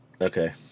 Okay